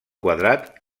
quadrat